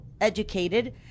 educated